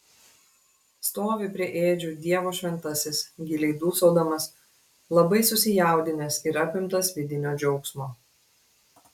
stovi prie ėdžių dievo šventasis giliai dūsaudamas labai susijaudinęs ir apimtas vidinio džiaugsmo